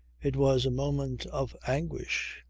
it was a moment of anguish,